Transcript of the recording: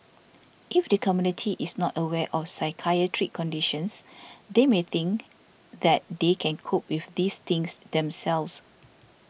if the community is not aware of psychiatric conditions they may think that they can cope with these things themselves